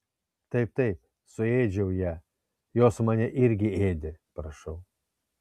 taip taip suėdžiau ją jos mane irgi ėdė prašau